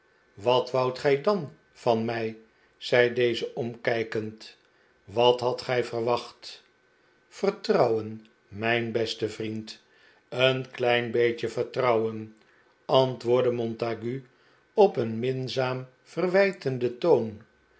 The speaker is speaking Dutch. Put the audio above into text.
wat woudt gij dan van mij zei deze omkijkend wat hadt gij verwacht vertrouwen mijn beste vriend een klein beetje vertrouwen antwoordde montague op een minzaam verwijtenden toon